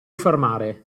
fermare